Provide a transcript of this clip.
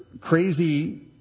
crazy